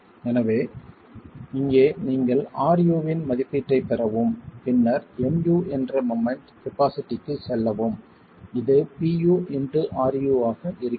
எனவே இங்கே நீங்கள் ru இன் மதிப்பீட்டைப் பெறவும் பின்னர் Mu என்ற மொமெண்ட் கபாஸிட்டிக்கு செல்லவும் இது Pu இன்டு ru ஆக இருக்கிறது